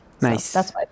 Nice